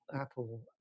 Apple